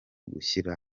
gushyira